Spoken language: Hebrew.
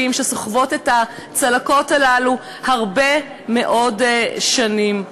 שסוחבות את הצלקות הללו הרבה מאוד שנים".